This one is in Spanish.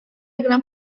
gran